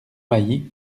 mailly